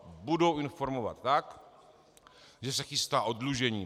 Budou informovat tak, že se chystá oddlužení.